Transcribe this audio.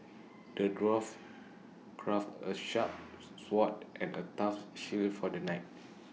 the dwarf crafted A sharp sword and A tough shield for the knight